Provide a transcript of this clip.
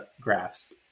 graphs